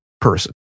person